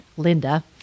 Linda